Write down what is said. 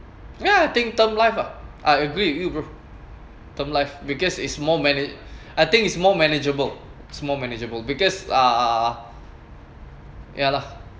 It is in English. ya I think term life lah I agree with you bro term life because is more manag~ I think is more manageable is more manageable because uh ya lah